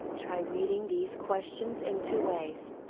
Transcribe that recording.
try reading these questions in two ways.